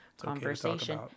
conversation